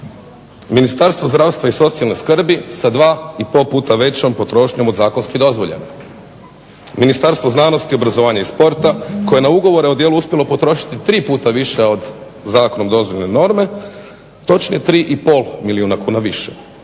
Ministarstvo zdravstva i socijalne skrbi sa 2 i pol puta većom potrošnjom od zakonski dozvoljene, Ministarstvo znanosti, obrazovanja i sporta koje je na ugovore o djelu uspjelo potrošiti 3 puta više od zakonom dozvoljene norme, točnije 3,5 milijuna kuna više.